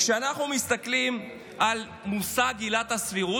כשאנחנו מסתכלים על המושג "עילת הסבירות",